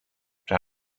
but